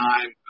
time